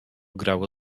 grało